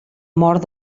mort